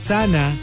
Sana